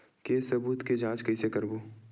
के सबूत के जांच कइसे करबो?